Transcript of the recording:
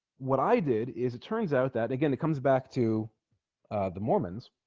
what i did is it turns out that again it comes back to the mormons